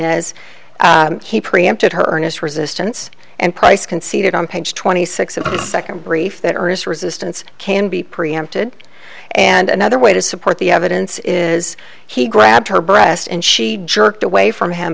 as he preempted her earnest resistance and price conceded on page twenty six of the second brief that are his resistance can be preempted and another way to support the evidence is he grabbed her breasts and she jerked away from him